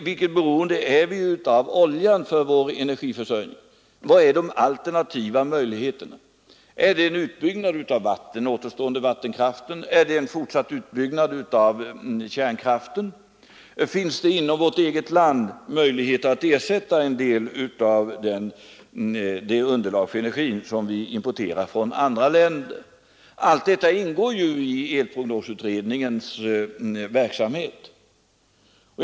Hur beroende är vi av oljan för vår energiförsörjning? Vilka är alternativen? Är det en utbyggnad av vattenkraften, är det en fortsatt utbyggnad av kärnkraften? Finns det möjligheter att inom vårt eget land utvinna energi som kan ersätta en del av det underlag för energiproduktionen som vi importerar från andra länder? Allt detta ingår det i energiprognosutredningens uppdrag att undersöka.